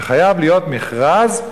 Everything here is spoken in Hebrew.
שחייב להיות מכרז,